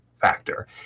factor